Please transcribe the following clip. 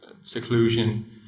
seclusion